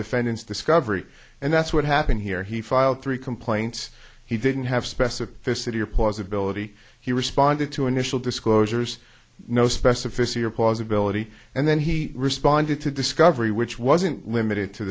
defendant's discovery and that's what happened here he filed three complaints he didn't have specificity or plausibility he responded to initial disclosures no specificity or plausibility and then he responded to discovery which wasn't limited to